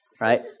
right